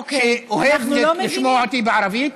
שאוהב לשמוע אותי בערבית,